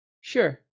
Sure